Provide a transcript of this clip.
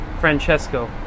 Francesco